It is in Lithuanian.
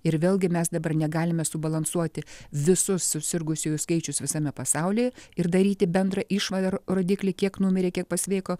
ir vėlgi mes dabar negalime subalansuoti visų susirgusiųjų skaičius visame pasauly ir daryti bendrą išvadą rodiklį kiek numirė kiek pasveiko